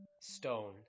stone